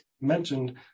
mentioned